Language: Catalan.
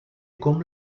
com